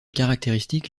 caractéristiques